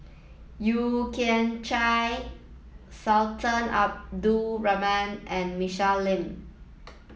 Yeo Kian Chai Sultan Abdul Rahman and Michelle Lim